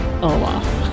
Olaf